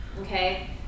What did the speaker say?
okay